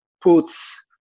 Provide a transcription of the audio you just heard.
puts